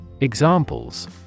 Examples